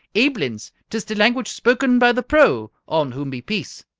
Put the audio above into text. aiblins, tis the language spoken by the pro, on whom be peace!